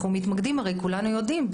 הרי כולנו יודעים,